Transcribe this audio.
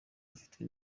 dufite